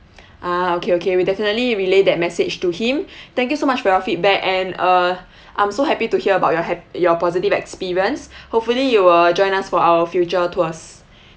ah okay okay we definitely relay that message to him thank you so much for your feedback and uh I'm so happy to hear about your hap~ your positive experience hopefully you will join us for our future tours